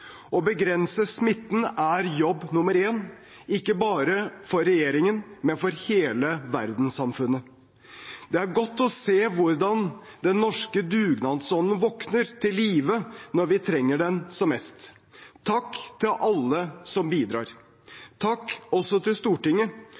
Å begrense smitten er jobb nummer én, ikke bare for regjeringen, men for hele verdenssamfunnet. Det er godt å se hvordan den norske dugnadsånden våkner til live når vi trenger den som mest. Takk til alle som bidrar.